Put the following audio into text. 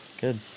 Good